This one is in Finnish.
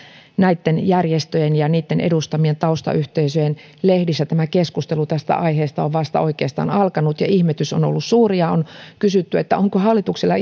näitten järjestöjen ja niitten edustamien taustayhteisöjen lehdissä keskustelu tästä aiheesta on vasta oikeastaan alkanut ja ihmetys on ollut suuri on kysytty onko hallituksella